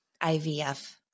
IVF